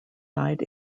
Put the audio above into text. died